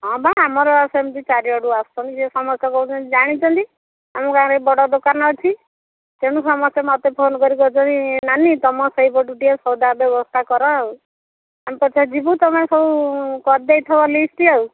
ହଁ ବା ଆମର ସେମିତି ଚାରିଆଡ଼ୁ ଆସୁଛନ୍ତି ସେ ସମସ୍ତେ କହୁଛନ୍ତି ଜାଣିଛନ୍ତି ଆମ ଗାଁ'ରେ ବଡ଼ ଦୋକାନ ଅଛି ତେଣୁ ସମସ୍ତେ ମୋତେ ଫୋନ୍ କରିଛନ୍ତି ନାନି ତମ ସେଇପଟୁ ଟିକିଏ ସଉଦା ବ୍ୟବସ୍ଥା କର ଆଉ ଆମେ ପଛରେ ଯିବୁ ତମେ ସବୁ କରିଦେଇଥିବ ଲିଷ୍ଟ୍ ଆଉ